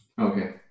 Okay